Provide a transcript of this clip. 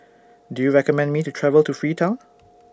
Do YOU recommend Me to travel to Freetown